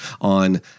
on